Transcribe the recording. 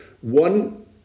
One